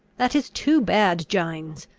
that is too bad, gines!